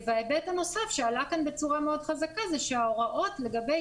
ההיבט הנוסף שעלה כאן בצורה מאוד חזקה זה שההוראות לגבי